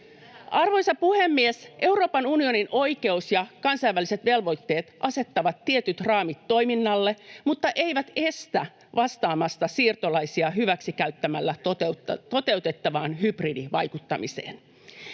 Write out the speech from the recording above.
Arvoisa puhemies! Euroopan unionin oikeus- ja kansainväliset velvoitteet asettavat tietyt raamit toiminnalle mutta eivät estä vastaamasta siirtolaisia hyväksikäyttämällä toteutettavaan hybridivaikuttamiseen.